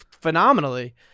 phenomenally